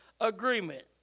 agreement